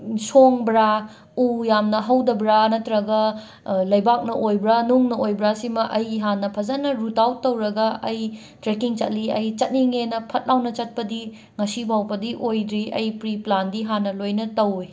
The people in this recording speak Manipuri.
ꯁꯣꯡꯕ꯭ꯔꯥ ꯎ ꯌꯥꯝꯅ ꯍꯧꯗꯕ꯭ꯔꯥ ꯅꯠꯇ꯭ꯔꯒ ꯂꯩꯕꯥꯛꯅ ꯑꯣꯏꯕ꯭ꯔꯥ ꯅꯨꯡꯅ ꯑꯣꯏꯕ꯭ꯔꯥ ꯁꯤꯃ ꯑꯩ ꯍꯥꯟꯅ ꯐꯖꯅ ꯔꯨꯠ ꯑꯥꯎꯠ ꯇꯧꯔꯒ ꯑꯩ ꯇ꯭ꯔꯦꯀꯤꯡ ꯆꯠꯂꯤ ꯑꯩ ꯆꯠꯅꯤꯡꯉꯦꯅ ꯐꯠ ꯂꯥꯎꯅ ꯆꯠꯄꯗꯤ ꯉꯁꯤ ꯐꯥꯎꯕꯗꯤ ꯑꯣꯏꯗ꯭ꯔꯤ ꯑꯩ ꯄ꯭ꯔꯤꯄ꯭ꯂꯥꯟꯗꯤ ꯍꯥꯟꯅ ꯂꯣꯏꯅ ꯇꯧꯋꯦ